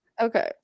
Okay